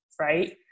right